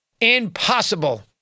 impossible